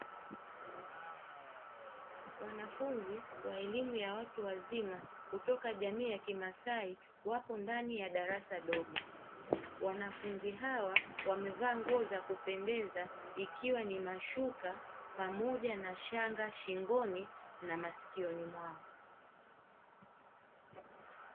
Wanafunzi wa elimu ya watu wazima kutoka jamii ya kimaasai wapo ndani ya darasa dogo. Wanafunzi hawa wamevaa nguo za kupendeza ikiwa ni mashuka pamoja na shanga shingoni na masikioni mwao.